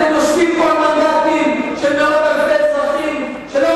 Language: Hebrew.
אתם יושבים פה על מנדטים של מאות אלפי אזרחים שלא,